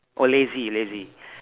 oh lazy lazy